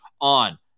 on